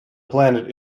planet